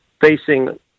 facing